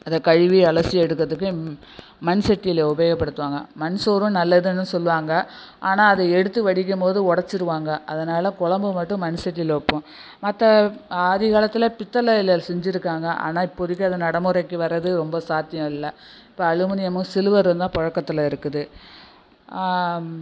அதை கழுவி அலசி எடுக்கறதுக்கு மண்சட்டியில உபயோகப்படுத்துவாங்க மண்சோறும் நல்லதுன்னு சொல்லுவாங்க ஆனால் அதை எடுத்து வடிக்கும்போது உடச்சிருவாங்க அதனால் குழம்பு மட்டும் மண்சட்டியில வைப்போம் மற்ற ஆதிகாலத்தில் பித்தளையில் செஞ்சுருக்காங்க ஆனால் இப்போதிக்கு அது நடைமுறைக்கு வரது ரொம்ப சாத்தியம் இல்லை இப்போ அலுமினியமும் சில்வருந்தான் பொழக்கத்தில் இருக்குது